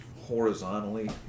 horizontally